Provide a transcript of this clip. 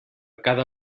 cada